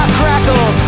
crackle